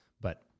But-